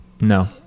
No